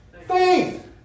faith